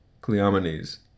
Cleomenes